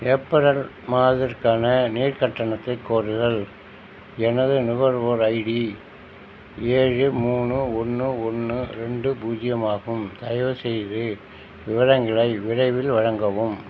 April மாததிற்கான நீர் கட்டணத்தை கோருதல் எனது நுகர்வோர் ஐடி ஏழு மூணு ஒன்று ஒன்று ரெண்டு பூஜ்ஜியம் ஆகும் தயவுசெய்து விவரங்களை விரைவில் வழங்கவும்